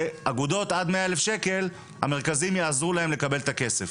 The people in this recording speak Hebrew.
ואגודות עד מאה אלף שקל המרכזים יעזרו להם לקבל את הכסף.